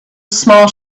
small